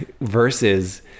versus